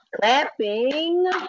clapping